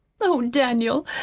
oh, daniel,